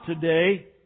today